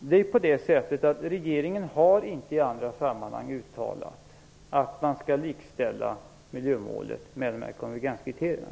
Fru talman! Regeringen har faktiskt inte i andra sammanhang uttalat att man skall likställa miljömålet med konvergenskriterierna.